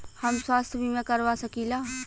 हम स्वास्थ्य बीमा करवा सकी ला?